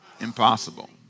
Impossible